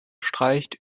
streicht